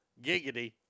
Giggity